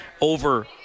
over